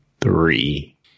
three